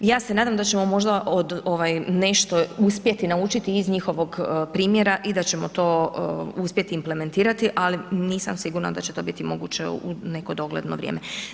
I ja se nadam da ćemo možda nešto uspjeti naučiti iz njihovog primjera i da ćemo to uspjeti implementirati ali nisam sigurna da će to biti moguće u neko dogledno vrijeme.